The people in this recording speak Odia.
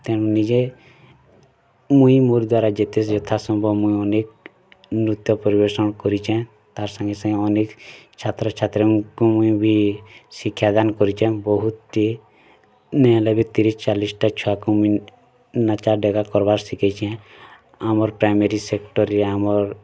ତେଣୁ ନିଜେ ମୁଇଁ ମୋର୍ ଦ୍ଵାରା ଯେତେ ଯଥା ସମ୍ଭବ ମୁଇଁ ଅନେକ ନୃତ୍ୟ ପରିବେଷଣ କରିଛେ ତାର୍ ସାଙ୍ଗେ ସାଙ୍ଗେ ଅନେକ ଛାତ୍ର ଛାତ୍ରୀଙ୍କୁ ମୁଇଁ ବି ଶିକ୍ଷା ଦାନ କରିଛେନ୍ ବହୁତି ନିଁହେଲେ ବି ତିରିଶ୍ ଚାଲିଶ୍ଟା ଛୁଆକୁ ମୁଇଁ ନାଚା ଡେକା କରବାର୍ ଶିଖେଇଚେ ଆମର୍ ପ୍ରାଇମେରୀ ସେକ୍ଟର୍ ରି ଆମର୍